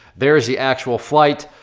there is the actual flight.